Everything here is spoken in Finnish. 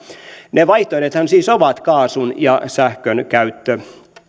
ne vaihtoehdothan siis ovat kaasun ja sähkön käyttö